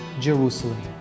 Jerusalem